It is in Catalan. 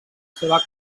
seva